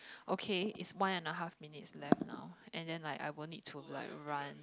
okay is one and a half minute left now and then like I wouldn't need to like run